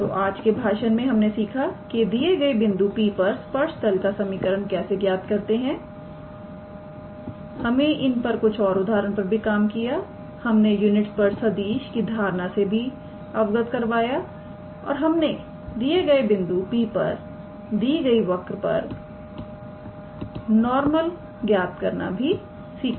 तो आज के भाषण में हमने सीखा के दिए गए बिंदु P पर स्पर्श तल का समीकरण कैसे ज्ञात करते हैं हमें इन पर कुछ उदाहरण पर भी काम किया हमने यूनिट स्पर्श सदिश की धारणा से भी अवगत करवाया और हमने दिए गए बिंदु P पर दी गई वक्र पर नॉर्मल ज्ञात करना भी सीखा